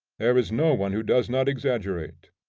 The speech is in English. there is no one who does not exaggerate.